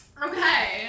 Okay